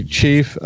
chief